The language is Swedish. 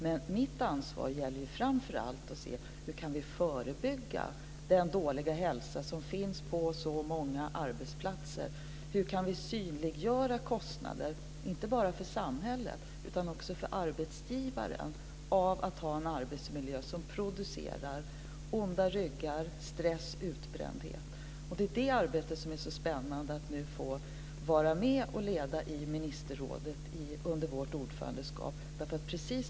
Men mitt ansvar gäller ju att framför allt se hur vi kan förebygga den dåliga hälsa som finns på så många arbetsplatser. Hur kan vi synliggöra kostnader, inte bara för samhället utan också för arbetsgivaren, som beror på en arbetsmiljö som producerar onda ryggar, stress och utbrändhet. Det är detta arbete som är så spännande att nu få vara med och leda i ministerrådet under vårt ordförandeskap.